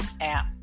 app